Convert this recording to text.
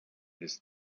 his